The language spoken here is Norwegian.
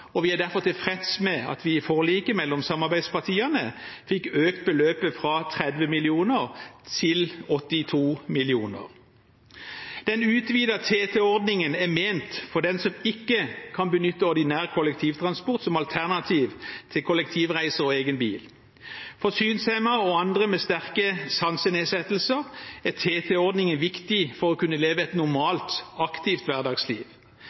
og vi er derfor tilfreds med at vi i forliket mellom samarbeidspartiene fikk økt beløpet fra 30 mill. kr til 82 mill. kr. Den utvidede TT-ordningen er ment for den som ikke kan benytte ordinær kollektivtransport, som alternativ til kollektivreiser og egen bil. For synshemmede og andre med sterke sansenedsettelser er TT-ordningen viktig for å kunne leve et normalt aktivt hverdagsliv.